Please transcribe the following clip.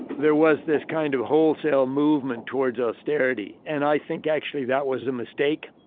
there was this kind of wholesale movement towards austerity. and i think actually that was a mistake.